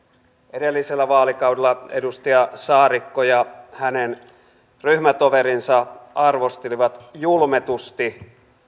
edellisellä vaalikaudella edustaja saarikko ja hänen ryhmätoverinsa arvostelivat julmetusti